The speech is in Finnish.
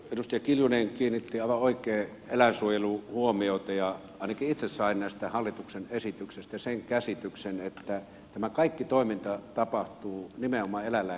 edustaja kiljunen kiinnitti aivan oikein eläinsuojeluun huomiota ja ainakin itse sain näistä hallituksen esityksistä sen käsityksen että tämä kaikki toiminta tapahtuu nimenomaan eläinlääkärin vastuulla